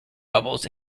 bubbles